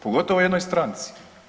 Pogotovo o jednoj stranci.